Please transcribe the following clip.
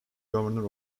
governor